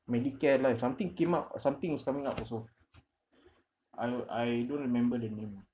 medicare life something came up something is coming up also I I don't remember the name ah